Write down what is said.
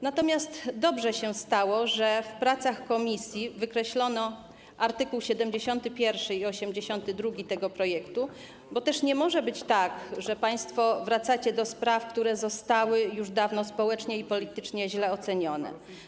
Natomiast dobrze się stało, że w pracach komisji wykreślono art. 71 i art. 82 tego projektu, bo też nie może być tak, że państwo wracacie do spraw, które zostały już dawno społecznie i politycznie źle ocenione.